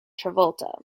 travolta